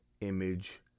image